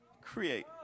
create